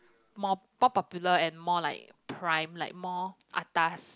more more popular and more like prime like more atas